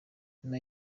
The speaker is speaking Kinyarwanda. nyuma